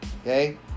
Okay